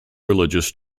religious